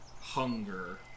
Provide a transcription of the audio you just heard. hunger